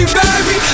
baby